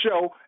show